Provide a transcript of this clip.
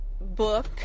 book